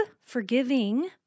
forgiving